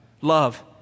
Love